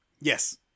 Yes